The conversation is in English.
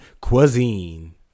cuisine